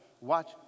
watch